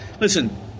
listen